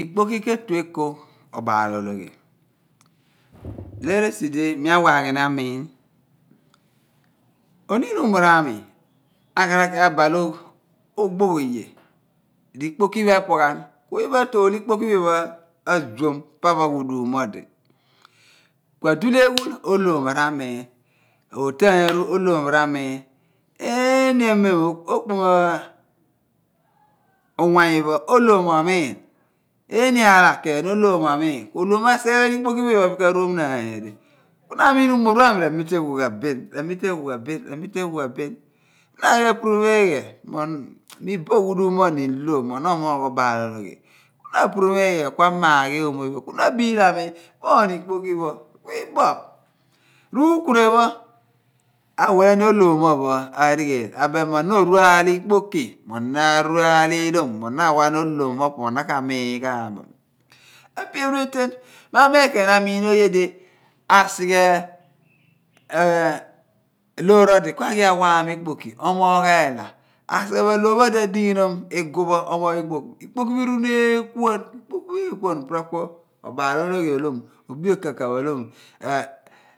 Ikpoki ke/tue eko obaal ologhi, loor esi di mi awaaghi ni amiin oniin umor ami aki abal ogbogh oye di ikpoki pho epnghan. ku oye pho atool ikpoki pho iphen pho azuom pa pho aghudum mo odi ku aduhle eghul ohlom mo ra/miin otaany aani ohlom mo ra/miin. Mo o/miin eeni aala ohlom mo o/miin. Ohlom mo rasighe ghan ikpoki iphen pho bra ka ruom naan nyodi ku na amiin umor pho aami raphoogh ghan omitegho bin ramiteeghu ghan bin ramite eghi ghan bin na aghi apuru mo eeghe iyaar ku mi iboh ghudum mo odi i/lo mo ono omoogh obaalologhi ku no apuru mo eeghe iyaar, ku amaaghi oomo pho iphen pho. Ku na abiilha amiin porono ikpoki pho, ku iboph. Rukuna pho, odi awile ni ohlom mo ophon arigheel ka abem mo ono o/ru all ikpoki mo ono aaru aal ihlom mo ono ra wa ghan olhom opo odi ka miin ghan bo epe eni efen. Mi mabile ken amiin oye di asighe loor odi ku awaam ikpoki omoogh eela asighe bo loor pho odi adighinom bo igu pho omoogh ikpoki ikpoki eeruni bin eepaany ku ikpoki eepaany ku ophalabaal ologhi oolo, obi okakaph oolo mun.